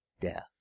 death